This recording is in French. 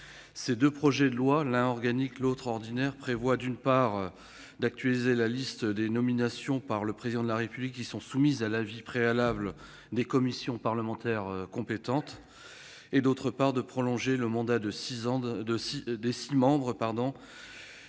Ces deux projets de loi, l'un organique, l'autre ordinaire, prévoient, d'une part, d'actualiser la liste des nominations par le Président de la République soumises à l'avis préalable des commissions parlementaires compétentes et, d'autre part, de prolonger le mandat des six membres